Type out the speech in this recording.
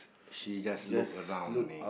she just look around only